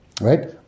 Right